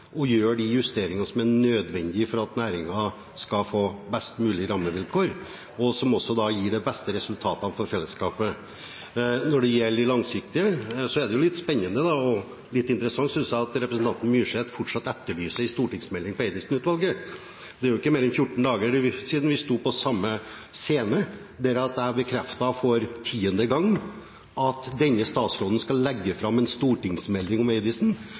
og gjør de justeringene som er nødvendige for at næringen skal få best mulige rammevilkår, som også gir de beste resultatene for fellesskapet. Når det gjelder det langsiktige, er det litt spennende og litt interessant, synes jeg, at representanten Myrseth fortsatt etterlyser en stortingsmelding på bakgrunn av Eidesen-utvalget. Det er ikke mer en fjorten dager siden vi sto på samme scene, der jeg for tiende gang bekreftet at denne statsråden skal legge fram en stortingsmelding om